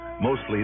mostly